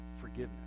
forgiveness